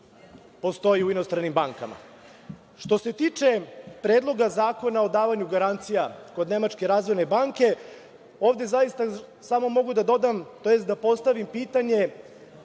postoji u inostranim bankama. Što se tiče Predloga zakona o davanju garancija kod Nemačke razvojne banke, ovde zaista samo mogu da dodam, tj.